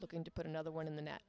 looking to put another one in the net